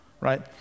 right